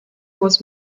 was